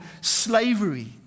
slavery